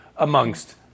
amongst